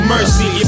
Mercy